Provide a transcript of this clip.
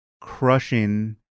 crushing